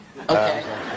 Okay